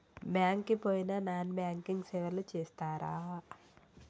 Bank కి పోయిన non banking సేవలు చేస్తరా?